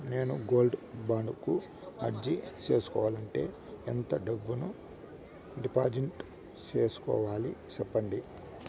నేను gold bond కు అర్జీ సేసుకోవాలంటే ఎంత డబ్బును డిపాజిట్లు సేసుకోవాలి సెప్పండి